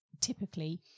typically